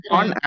on